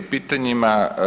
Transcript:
pitanjima.